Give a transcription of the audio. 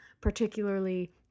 particularly